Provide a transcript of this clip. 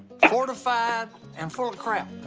fortified and full of crap.